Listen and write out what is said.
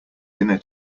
dinner